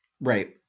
Right